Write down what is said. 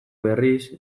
berriz